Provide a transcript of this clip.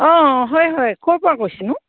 অঁ হয় হয় ক'ৰ পৰা কৈছেনো